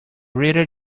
reader